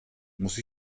muss